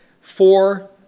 Four